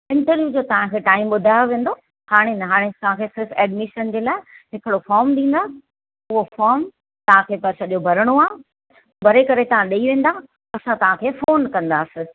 interview जो तव्हांखे time ॿुधायो वेंदो हाणे न हाणे तव्हांखे सिर्फ़ु एडमिशन जे लाइ हिकिड़ो फोम ॾींदा उहो फोम तव्हांखे बसि सॼो भरिणो आहे भरे करे तव्हां ॾेई वेन्दा असां तव्हांखे फ़ोन कंदासीं